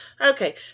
Okay